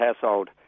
household